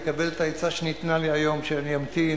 לקבל את העצה שניתנה לי היום שאני אמתין